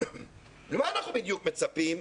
למה אנחנו בדיוק מצפים?